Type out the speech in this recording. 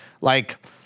Like-